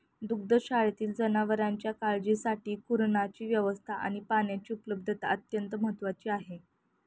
दुग्धशाळेतील जनावरांच्या काळजीसाठी कुरणाची व्यवस्था आणि पाण्याची उपलब्धता अत्यंत महत्त्वाची आहे